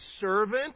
servant